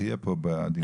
שתהיה פה בדיון.